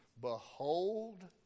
behold